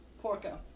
Porco